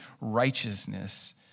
righteousness